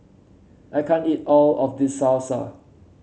I can't eat all of this Salsa